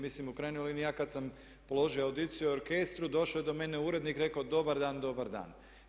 Mislim u krajnjoj liniji ja kada sam položio audiciju u orkestru, došao je do mene urednik, rekao dobar dan, dobar dan.